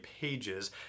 pages